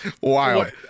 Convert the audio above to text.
Wild